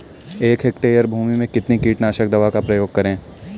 एक हेक्टेयर भूमि में कितनी कीटनाशक दवा का प्रयोग करें?